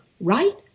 right